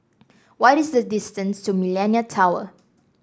what is the distance to Millenia Tower